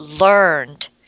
learned